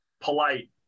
polite